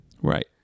right